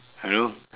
you know